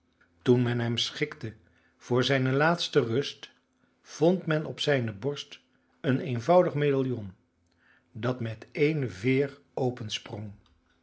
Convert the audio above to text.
toen men hem schikte voor zijne laatste rust vond men op zijne borst een eenvoudig medaillon dat met eene veer